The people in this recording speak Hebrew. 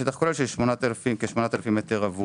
בשטח כולל של כ-8,000 מטר רבוע.